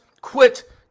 quit